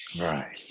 Right